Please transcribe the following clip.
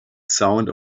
sound